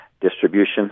distribution